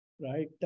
right